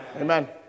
Amen